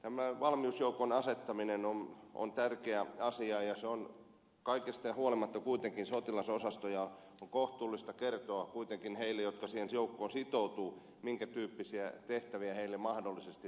tämä valmiusjoukon asettaminen on tärkeä asia ja se on kaikesta huolimatta kuitenkin sotilasosasto ja on kohtuullista kertoa kuitenkin heille jotka siihen joukkoon sitoutuvat minkä tyyppisiä tehtäviä heille mahdollisesti tarjotaan